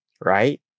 right